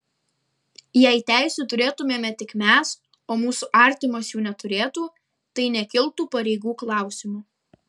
jei teisių turėtumėme tik mes o mūsų artimas jų neturėtų tai nekiltų pareigų klausimo